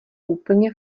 úplně